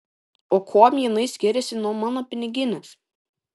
o kuom jinai skiriasi nuo mano piniginės